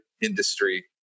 industry